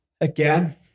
again